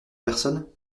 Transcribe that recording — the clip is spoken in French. personnes